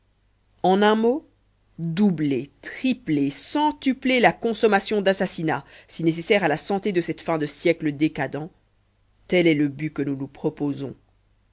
en un mot doubler tripler centupler la consommation d'assassinats si nécessaire à la santé de cette fin de siècle décadent tel est le but que nous nous proposons